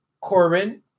Corbin